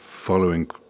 following